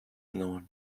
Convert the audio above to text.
known